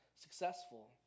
successful